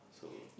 so